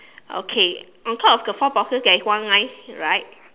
okay on top of the four boxes there is one line right